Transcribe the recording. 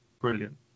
brilliant